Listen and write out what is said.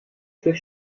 für